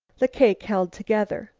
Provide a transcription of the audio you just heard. the cake held together.